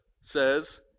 says